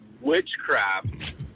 witchcraft